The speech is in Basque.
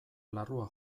larrua